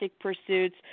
pursuits